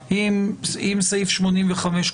שאם (1) או (2)